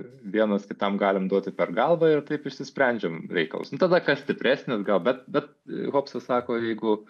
vienas kitam galim duoti per galvą ir taip išsisprendžiam reikalus nu tada kas stipresnis gal bet bet hobsas sako jeigu